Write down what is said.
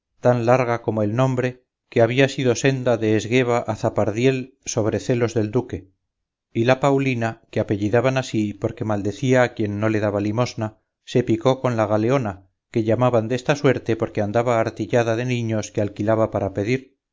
tan larga como el nombre que había sido senda de esgueva a zapardiel sobre celos del duque y la paulina que apellidaban ansí porque maldecía a quien no le daba limosna se picó con la galeona que llamaban desta suerte porque andaba artillada de niños que alquilaba para pedir